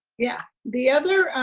yeah the other,